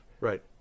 right